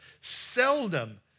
Seldom